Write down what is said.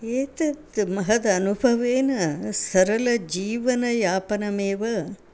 एतत् महदनुभवेन सरलजीवनयापनमेव